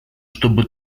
чтобы